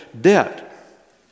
debt